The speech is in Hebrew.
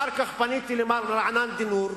אחר כך פניתי למר רענן דינור,